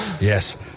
Yes